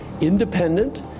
independent